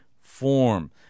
form